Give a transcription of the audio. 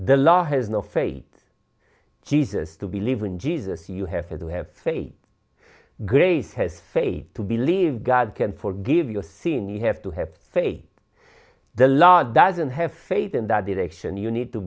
the law has no fate jesus to believe in jesus you have had to have faith grace has failed to believe god can forgive your seeing you have to have faith in the law doesn't have faith in that direction you need to